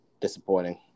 disappointing